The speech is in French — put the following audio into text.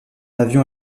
avion